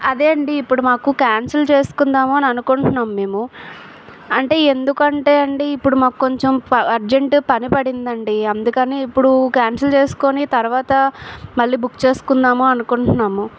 అదే అండి ఇప్పుడు మాకు క్యాన్సిల్ చేసుకుందాం అని అనుకుంటున్నాము మేము అంటే ఎందుకంటే అండి ఇప్పుడు మాకు కొంచెం అర్జెంటు పని పడిందండి అందుకనే ఇప్పుడు క్యాన్సిల్ చేసుకుని తర్వాత మళ్ళీ బుక్ చేసుకుందాము అనుకుంటున్నాము